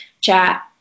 chat